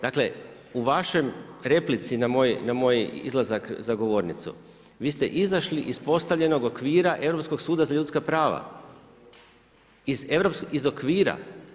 Dakle u vašoj replici na moj izlazak za govornicu vi ste izašli iz postavljenog okvira Europskog suda za ljudska prava iz okvira.